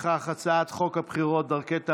(תיקוני חקיקה)